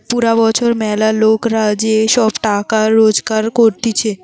পুরা বছর ম্যালা লোকরা যে সব টাকা রোজগার করতিছে